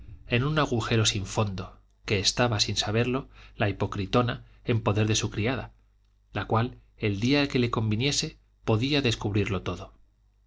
en un agujero sin fondo que estaba sin saberlo la hipocritona en poder de su criada la cual el día que le conviniese podía descubrirlo todo